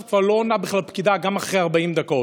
כבר לא עונה בכלל פקידה גם אחרי 40 דקות.